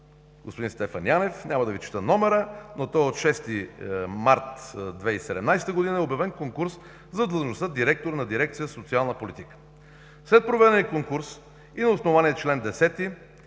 отбраната Стефан Янев – няма да Ви чета номера, но е от 6 март 2017 г., е обявен конкурс за длъжността „директор на дирекция „Социална политика“. След проведения конкурс и на основание чл. 10,